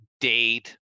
date